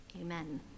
Amen